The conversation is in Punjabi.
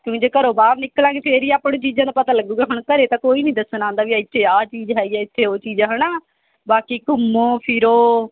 ਕਿਉਂਕਿ ਜੇ ਘਰੋਂ ਬਾਹਰ ਨਿਕਲਾਂਗੇ ਫੇਰ ਹੀ ਆਪਾਂ ਨੂੰ ਚੀਜ਼ਾਂ ਦਾ ਪਤਾ ਲੱਗੇਗਾ ਹੁਣ ਘਰ ਤਾਂ ਕੋਈ ਨਹੀਂ ਦੱਸਣ ਆਉਂਦਾ ਵੀ ਇੱਥੇ ਆਹ ਚੀਜ਼ ਹੈਗੀ ਆ ਇੱਥੇ ਉਹ ਚੀਜ਼ ਆ ਹੈ ਨਾ ਬਾਕੀ ਘੁੰਮੋ ਫਿਰੋ